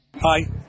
Hi